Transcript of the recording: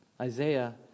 Isaiah